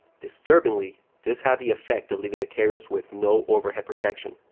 disturbingly, this had the effect of leaving the carriers with no overhead protection.